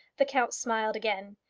the count smiled again.